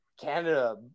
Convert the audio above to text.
Canada